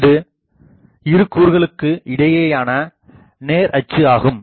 அது இரு கூறுகளுக்கு இடையேயான நேர் அச்சு axis ஆகும்